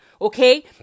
Okay